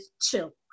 chill